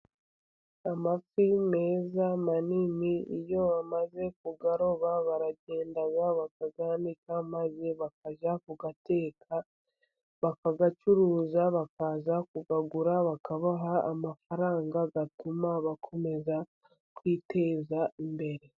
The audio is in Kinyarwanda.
Amafi meza manini, iyo bamaze kuyaroba baragenda bakayanika, maze bakajya kuyateka, bakayacuruza. Bakaza kuyagura bakabaha amafaranga atuma bakomeza kwiteza imbere.